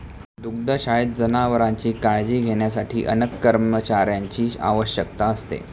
दुग्धशाळेत जनावरांची काळजी घेण्यासाठी अनेक कर्मचाऱ्यांची आवश्यकता असते